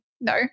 No